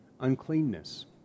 Uncleanness